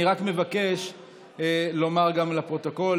אני רק מבקש לומר גם לפרוטוקול,